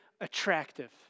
attractive